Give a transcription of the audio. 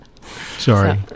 Sorry